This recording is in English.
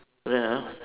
correct ah